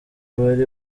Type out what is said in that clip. bari